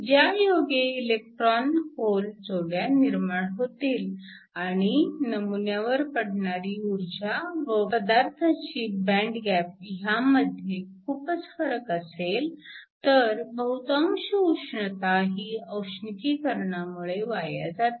ज्यायोगे electron hole जोड्या निर्माण होतील आणि नमुन्यावर पडणारी ऊर्जा व पदार्थाची बँड गॅप ह्यांमध्ये खूपच फरक असेल तर बहुतांश उष्णता ही औष्णिकीकरणामुळे वाया जाते